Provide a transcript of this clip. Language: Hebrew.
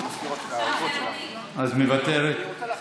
אז מוותרת.